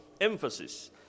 emphasis